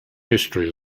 history